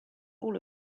all